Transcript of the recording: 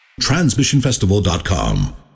Transmissionfestival.com